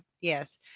yes